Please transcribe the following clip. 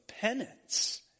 penance